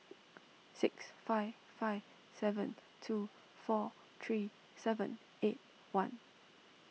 six five five seven two four three seven eight one